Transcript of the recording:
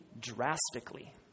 drastically